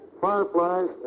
fireflies